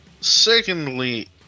Secondly